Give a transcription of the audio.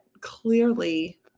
clearly